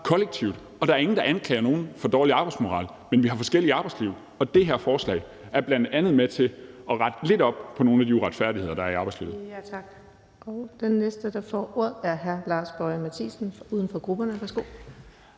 kollektivt har, og der er ingen, der anklager nogen for dårlig arbejdsmoral. Men vi har forskelligt arbejdsliv, og det her forslag er bl.a. med til at rette lidt op på nogle af de uretfærdigheder, der er i arbejdslivet.